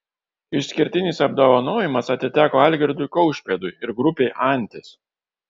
išskirtinis apdovanojimas atiteko algirdui kaušpėdui ir grupei antis